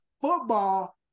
Football